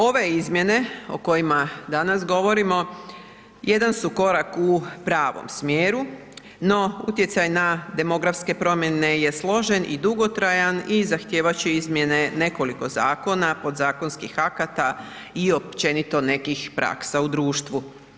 Ove izmjene o kojima danas govorimo jedan su korak u pravom smjeru no utjecaj na demografske promjene je složen i dugotrajan i zahtijevat će izmjene nekoliko zakona, podzakonskih akata i općenito nekih praksa u društvu.